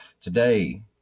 Today